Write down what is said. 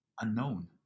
Unknown